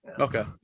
okay